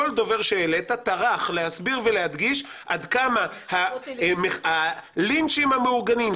כל דובר שהעלית טרח להסביר ולהדגיש עד כמה הלינצ'ים המאורגנים,